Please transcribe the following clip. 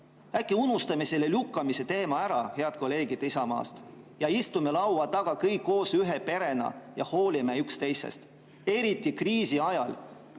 Äkki unustame selle lükkamise teema ära, head kolleegid Isamaast, istume laua taga kõik koos ühe perena ja hoolime üksteisest, eriti kriisi ajal?